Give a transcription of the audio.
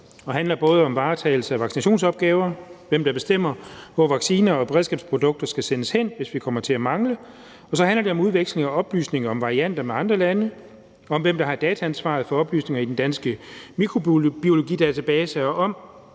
og handler både om varetagelsen af vaccinationsopgaver, hvem der bestemmer, hvor vacciner og beredskabsprodukter skal sendes hen, hvis vi kommer til at mangle, og så handler det om udvekslingen af oplysninger om varianter med andre lande, om, hvem der har dataansvaret for oplysninger i Den Danske Mikrobiologidatabase, og om,